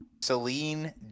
Celine